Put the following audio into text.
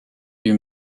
plus